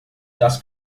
das